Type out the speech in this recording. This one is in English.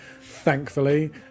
thankfully